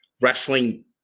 wrestling